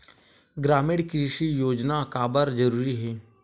ग्रामीण कृषि योजना काबर जरूरी हे?